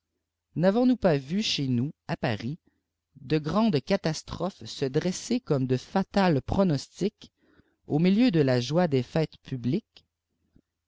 n'avons-nous pas vu chez nous à paris de grandes catastrophes se dresser comme dé fatals pronostics au milieuxde la joie des fêtes publiques